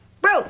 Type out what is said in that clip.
Bro